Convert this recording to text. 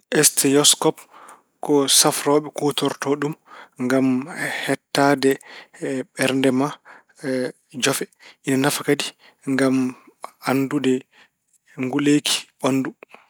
Steyoscop ko safrooɓe kuutorto ɗum ngam heɗtaade ɓernde ma e jofe. Ina nafa kadi ngam anndude nguleeki ɓanndu.